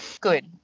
good